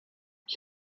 ich